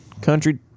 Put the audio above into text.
country